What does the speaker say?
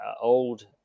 old